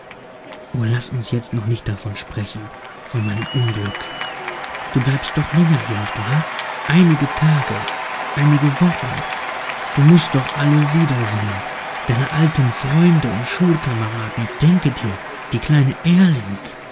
o laß uns jetzt noch nicht davon sprechen von meinem unglück du bleibst doch länger hier nicht wahr einige tage einige wochen du mußt doch alle wiedersehen deine alten freunde und schulkameraden denke dir die kleine ehrling